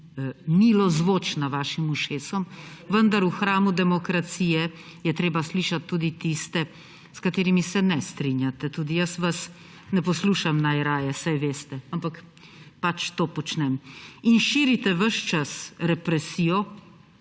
milozvočna vašim ušesom, vendar v hramu demokracije je treba slišati tudi tiste, s katerimi se ne strinjate. Tudi jaz vas ne poslušam najraje, saj veste, ampak pač to počnem. Širite ves čas represijo